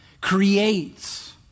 creates